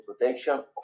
protection